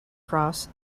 cross